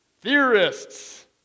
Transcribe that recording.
theorists